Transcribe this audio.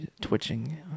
twitching